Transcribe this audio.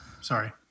Sorry